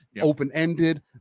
open-ended